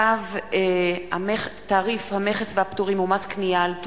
צו תעריף המכס והפטורים ומס קנייה על טובין,